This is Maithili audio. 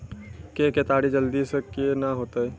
के केताड़ी जल्दी से के ना होते?